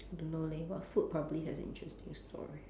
don't know leh what food probably has an interesting story